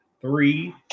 three